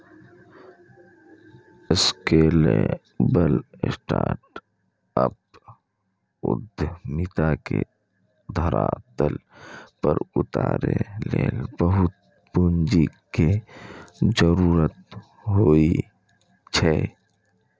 scalable startup उद्यमिता के धरातल पर उतारै लेल बहुत पूंजी के जरूरत होइ छै